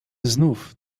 znów